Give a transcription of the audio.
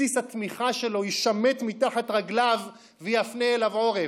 בסיס התמיכה שלו יישמט מתחת רגליו ויפנה לו עורף,